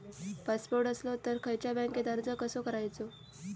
Passport असलो तर खयच्या बँकेत अर्ज कसो करायचो?